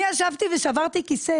אני ישבתי ושברתי את הכיסא